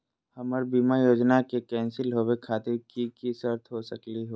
हमर बीमा योजना के कैन्सल होवे खातिर कि कि शर्त हो सकली हो?